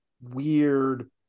weird